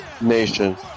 Nation